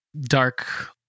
dark